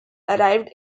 arrived